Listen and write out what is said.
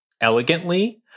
elegantly